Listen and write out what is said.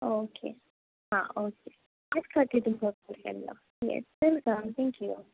okay आं okay तेच खातीर तुमकां फोन केल्लो येस वेलकम थेंक्यू